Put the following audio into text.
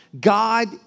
God